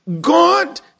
God